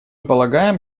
полагаем